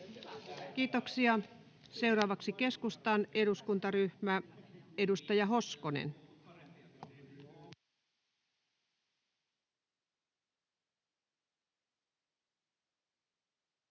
Kiitoksia. — Seuraavaksi keskustan eduskuntaryhmä, edustaja Hoskonen. Arvoisa